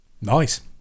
nice